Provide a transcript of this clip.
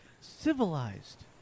civilized